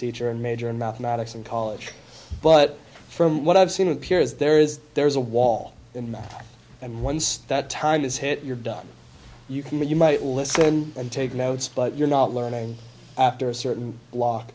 teacher and major in mathematics and college but from what i've seen appears there is there's a wall in math and once that time is hit you're done you can but you might listen and take notes but you're not learning after a